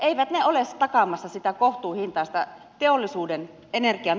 eivät ne ole takaamassa sitä kohtuuhintaista teollisuuden energiaa